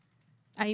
ציינה.